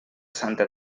santa